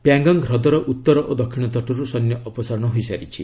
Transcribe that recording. ପ୍ୟାଙ୍ଗଙ୍ଗ୍ ହ୍ରଦର ଉତ୍ତର ଓ ଦକ୍ଷିଣ ତଟରୁ ସୈନ୍ୟ ଅପସାରଣ ହୋଇସାରିଛି